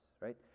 right